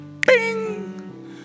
bing